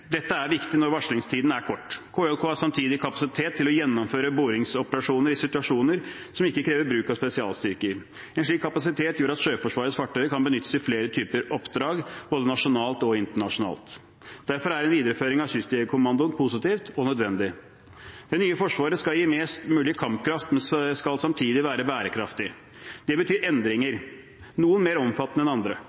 Dette er viktig når varslingstiden er kort. KJK har samtidig kapasitet til å gjennomføre bordingsoperasjoner i situasjoner som ikke krever bruk av spesialstyrker. En slik kapasitet gjør at Sjøforsvarets fartøy kan benyttes i flere typer oppdrag, både nasjonalt og internasjonalt. Derfor er en videreføring av Kystjegerkommandoen positivt og nødvendig. Det nye forsvaret skal gi mest mulig kampkraft, men det skal samtidig være bærekraftig. Det betyr endringer, noen mer omfattende enn andre.